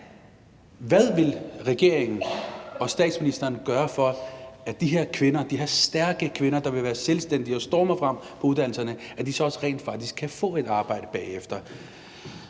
Hvad vil regeringen og statsministeren gøre for, at de her kvinder – de her stærke kvinder, der vil være selvstændige og stormer frem på uddannelserne – også rent faktisk kan få et arbejde bagefter?